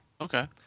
Okay